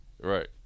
Right